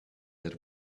that